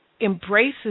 embraces